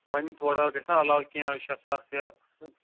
وۅنۍ تھوڑا گژھِ نا علاوٕ کیٚنٛہہ یِہَے شیٚے ساس یا